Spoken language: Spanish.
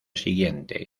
siguiente